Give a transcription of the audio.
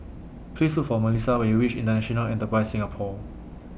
Please Look For Melisa when YOU REACH International Enterprise Singapore